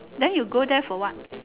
then you go there for what